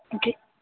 okay